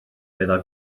meddai